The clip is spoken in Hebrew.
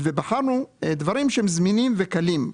ובחרנו דברים שהם זמינים וקלים,